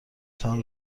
تان